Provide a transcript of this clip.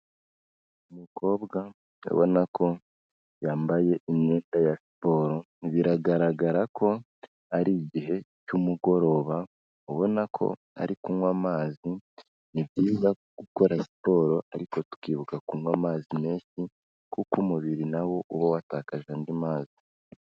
Umukobwa ndabona ko yambaye imyenda ya siporo, biragaragara ko ari igihe cy'umugoroba, ubona ko ari kunywa amazi, ni byiza gukora siporo, ariko tukibuka kunywa amazi menshi, kuko umubiri nawo, uba watakaje andi mazi.